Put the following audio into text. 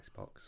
Xbox